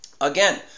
Again